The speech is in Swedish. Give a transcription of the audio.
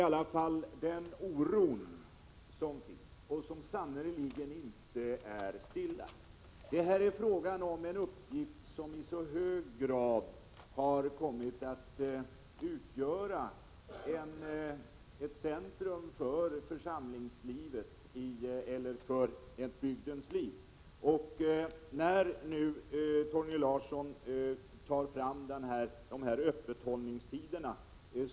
Det finns en oro för det som sannerligen inte är stillad. Folkbokföringsuppgiften är mycket central för kyrkan — och i bygdens liv. Torgny Larsson talar om pastorsexpeditionernas öppethållandetider.